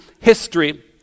history